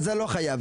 לא חייב.